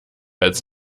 als